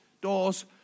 doors